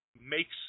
makes